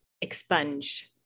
expunged